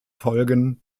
folgen